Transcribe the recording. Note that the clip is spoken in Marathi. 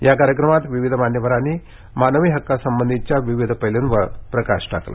या कार्यक्रमात विविध मान्यवरांनी मानवी हक्कासंबंधीच्या विविध पैलूंवर प्रकाश टाकला